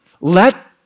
let